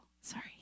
Sorry